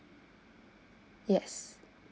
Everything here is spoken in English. yes